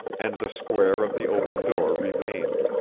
and the square of the open door remained.